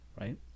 right